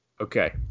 Okay